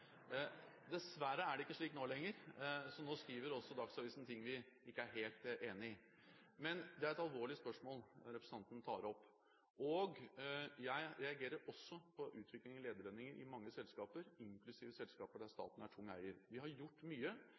Dessverre er det ikke slik nå lenger. Nå skriver også Dagsavisen ting vi ikke er helt enige i. Men det er et alvorlig spørsmål representanten tar opp. Jeg reagerer også på utviklingen i lederlønninger i mange selskaper, inklusiv selskaper der staten er tung eier. Vi har gjort mye;